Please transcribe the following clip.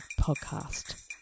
podcast